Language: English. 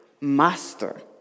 master